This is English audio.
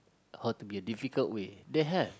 how to be a difficult way they have